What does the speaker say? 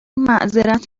معذرت